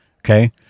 Okay